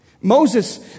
Moses